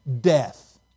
Death